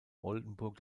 oldenburg